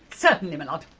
certainly, m'lord.